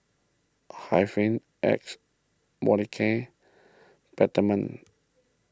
Hygin X Molicare Peptamen